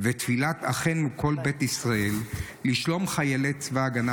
ותפילת "אחינו כל בית ישראל" לשלום חיילי צבא הגנה